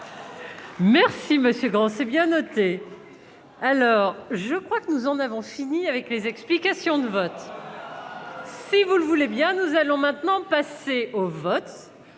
monsieur grand c'est bien noté, alors je crois que nous en avons fini avec les explications de vote, si vous le voulez bien nous allons maintenant passer au vote